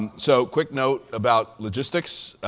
and so quick note about logistics.